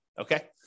okay